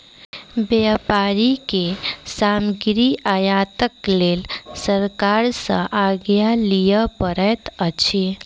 व्यापारी के सामग्री आयातक लेल सरकार सॅ आज्ञा लिअ पड़ैत अछि